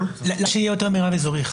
למה שיהיה יותר מרב אזורי אחד?